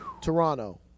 Toronto